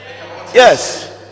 Yes